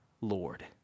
Lord